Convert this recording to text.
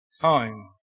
time